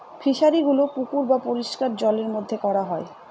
ফিশারিগুলো পুকুর বা পরিষ্কার জলের মধ্যে করা হয়